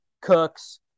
cooks